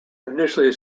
initially